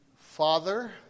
father